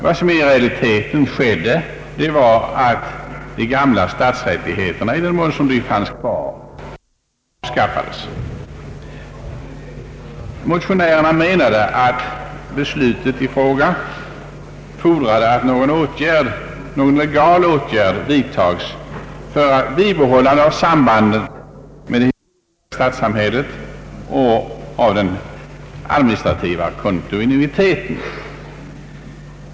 Vad som i realiteten skedde var att de gamla stadsrättigheterna, i den mån de fanns kvar, avskaffades. Motionärerna menade att beslutet i fråga fordrade att någon legal åtgärd vidtas för bibehållande av sambandet med det historiska stadssamhället och bibehållande av den administrativa kontinuiteten.